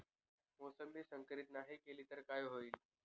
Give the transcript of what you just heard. मोसंबी संकरित नाही केली तर काय होईल?